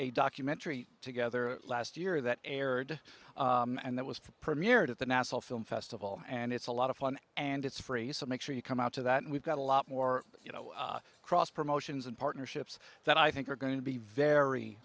a documentary together last year that aired and that was premiered at the national film festival and it's a lot of fun and it's free so make sure you come out to that and we've got a lot more you know cross promotions and partnerships that i think are going to be very